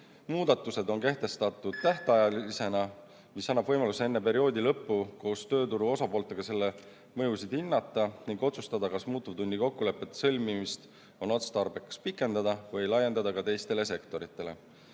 Muudatused on kehtestatud tähtajalisena, mis annab võimaluse enne perioodi lõppu koos tööturu osapooltega selle mõjusid hinnata ning otsustada, kas muutuvtunni kokkulepete sõlmimist on otstarbekas pikendada või laiendada ka teistele sektoritele.